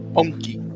Monkey